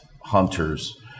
hunters